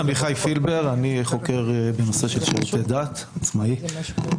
אני חוקר בנושא של שירותי דת, עצמאי.